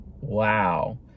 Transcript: wow